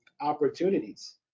opportunities